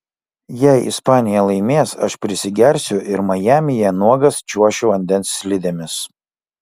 jei ispanija laimės aš prisigersiu ir majamyje nuogas čiuošiu vandens slidėmis